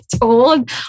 told